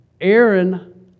Aaron